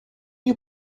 you